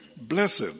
blessed